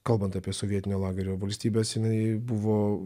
kalbant apie sovietinio lagerio valstybes jinai buvo